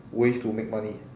ways to make money